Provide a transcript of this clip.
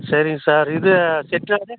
சரிங் சார் இது செக் எவ்ளது